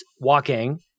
walking